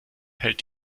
hält